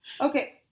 Okay